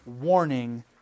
warning